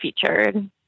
featured